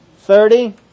Thirty